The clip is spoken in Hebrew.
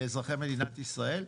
לאזרחי מדינת ישראל.